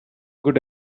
good